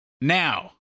now